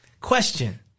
Question